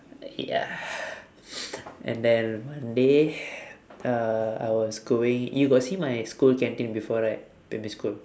ya and then one day uh I was going you got see my school canteen before right primary school